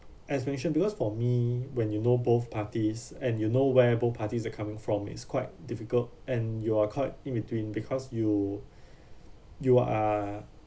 as mention because for me when you know both parties and you know where both parties are coming from is quite difficult and you are caught in between because you you are